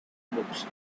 books